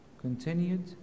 Continued